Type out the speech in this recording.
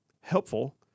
helpful